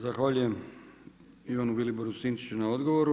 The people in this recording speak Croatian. Zahvaljujem Ivanu Viliboru Sinčiću na odgovoru.